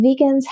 vegans